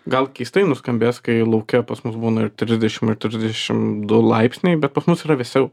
gal keistai nuskambės kai lauke pas mus būna ir trisdešim ir trisdešim du laipsniai bet pas mus yra vėsiau